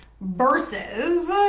versus